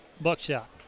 buckshot